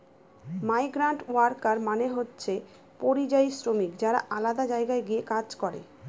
migrant worker মানে হচ্ছে পরিযায়ী শ্রমিক যারা আলাদা জায়গায় গিয়ে কাজ করে